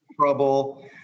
trouble